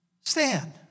stand